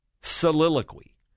soliloquy